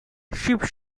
shiv